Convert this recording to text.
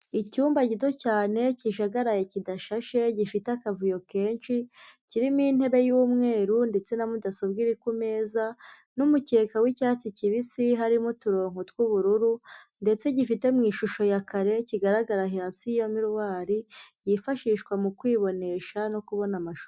Icyumba gito cyane kijagaraye kidashashe gifite akavuyo kenshi, kirimo intebe y'umweru ndetse na mudasobwa iri ku meza n'umukeka w'icyatsi kibisi harimo uturongo tw'ubururu ndetse gifite mu ishusho ya kare kigaragara hasi ya miruwari, yifashishwa mu kwibonesha no kubona amashusho.